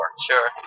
Sure